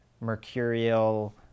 mercurial